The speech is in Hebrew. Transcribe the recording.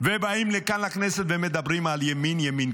ובאים לכאן לכנסת ומדברים על ימין ימין.